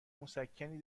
مسکنی